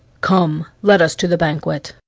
come, let us to the banquet.